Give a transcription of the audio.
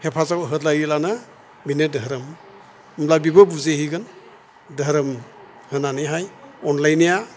हेफाजाब होदलायलानो बेनो दोहोरोम होमब्ला बेबो बुजि हैगोन दोहोरोम होनानैहाय अनलायनाया